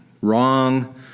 Wrong